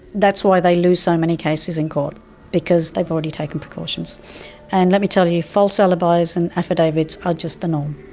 that's why they lose so many cases in court because they've already taken precautions and let me tell you false alibis and affidavits are just the norm.